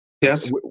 Yes